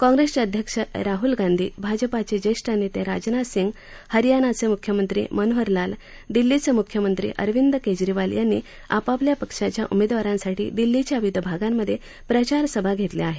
काँग्रेसचे अध्यक्ष राहुल गांधी भाजपाचे ज्येष्ठ नेते राजनाथ सिंग हरयानाचे मुख्यमंत्री मनोहरलाल दिल्लीचे मुख्यमंत्री अरविंद केजरीवाल यांनी आपापल्या पक्षाच्या उमेदवारांसाठी दिल्लीच्या विविध भागांमधे प्रचार सभा घेतल्या आहेत